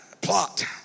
plot